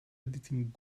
editing